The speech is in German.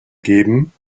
geben